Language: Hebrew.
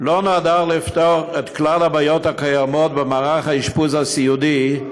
לא נועדה לפתור את כלל הבעיות הקיימות במערך האשפוז הסיעודי,